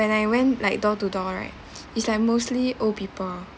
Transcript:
when I went like door to door right it's like mostly old people